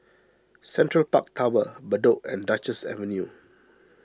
Central Park Tower Bedok and Duchess Avenue